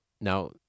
now